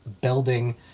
building